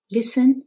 Listen